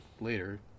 later